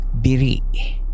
Biri